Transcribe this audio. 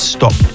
Stop